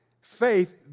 Faith